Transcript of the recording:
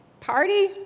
Party